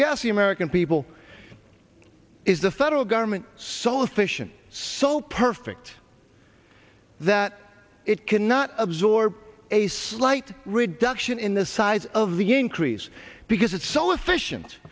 the american people is the federal government sol official so perfect that it cannot absorb a slight reduction in the size of the increase because it's so efficient